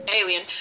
alien